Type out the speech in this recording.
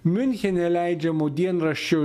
miunchene leidžiamo dienraščio